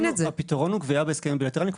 הפתרון הוא גבייה בהסכמים בילטרליים,